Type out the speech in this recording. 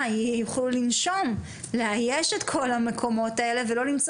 יוכלו לנשום לרגע ולאייש את כל המקומות האלה ולא למצוא